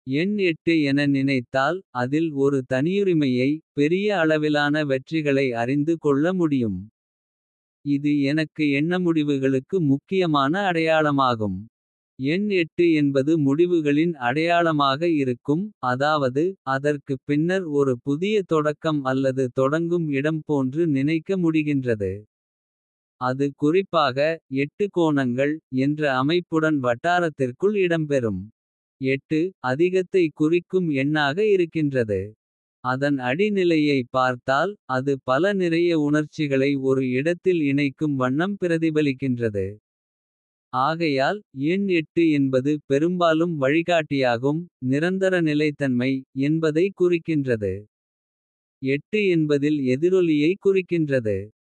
எண் என நினைத்தால் அதில் ஒரு தனியுரிமையை. பெரிய அளவிலான வெற்றிகளை அறிந்து கொள்ள முடியும். இது எனக்கு எண்ணமுடிவுகளுக்கு முக்கியமான அடையாளமாகும். எண் என்பது முடிவுகளின் அடையாளமாக இருக்கும் அதாவது. அதற்குப் பின்னர் ஒரு புதிய தொடக்கம் அல்லது தொடங்கும். இடம் போன்று நினைக்க முடிகின்றது அது குறிப்பாக எட்டு கோணங்கள். என்ற அமைப்புடன் வட்டாரத்திற்குள் இடம்பெறும். அதிகத்தை குறிக்கும் எண்ணாக இருக்கின்றது அதன் அடி. நிலையை பார்த்தால் அது பல நிறைய உணர்ச்சிகளை ஒரு இடத்தில். இணைக்கும் வண்ணம் பிரதிபலிக்கின்றது ஆகையால் எண். என்பது பெரும்பாலும் வழிகாட்டியாகும் நிரந்தர நிலைத்தன்மை. என்பதை குறிக்கின்றது என்பதில் எதிரொலியைக் குறிக்கின்றது.